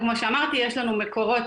כשבכל הצד הזה של המסך,